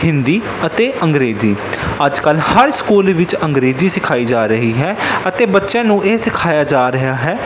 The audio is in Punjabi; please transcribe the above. ਹਿੰਦੀ ਅਤੇ ਅੰਗਰੇਜ਼ੀ ਅੱਜ ਕੱਲ੍ਹ ਹਰ ਸਕੂਲ ਵਿੱਚ ਅੰਗਰੇਜ਼ੀ ਸਿਖਾਈ ਜਾ ਰਹੀ ਹੈ ਅਤੇ ਬੱਚਿਆਂ ਨੂੰ ਇਹ ਸਿਖਾਇਆ ਜਾ ਰਿਹਾ ਹੈ